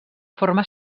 forma